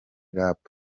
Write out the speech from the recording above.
rap